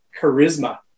charisma